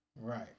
right